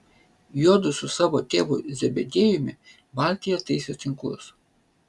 juodu su savo tėvu zebediejumi valtyje taisė tinklus